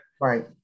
Right